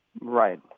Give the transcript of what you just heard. Right